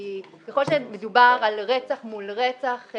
כי ככל שמדובר על רצח מול רצח,